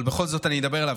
אבל בכל זאת אני אדבר אליו,